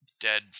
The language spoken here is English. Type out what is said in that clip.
dead